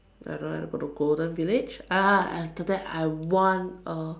I don't have to go to golden village uh and after that I want a